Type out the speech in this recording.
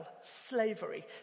slavery